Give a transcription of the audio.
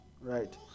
Right